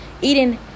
Eden